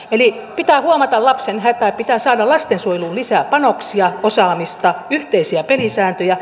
eli pitää huomata lapsen hätä pitää saada lastensuojeluun lisää panoksia osaamista yhteisiä pelisääntöjä